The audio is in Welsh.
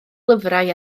lyfrau